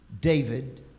David